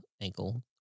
ankle